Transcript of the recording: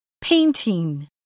Painting